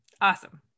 Awesome